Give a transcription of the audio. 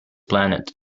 planet